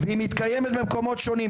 והיא מתקיימת במקומות שונים,